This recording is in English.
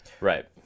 Right